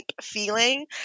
feeling